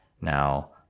Now